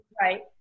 Right